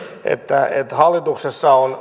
että on